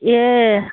ꯑꯦ